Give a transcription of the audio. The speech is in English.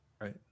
Right